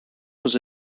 was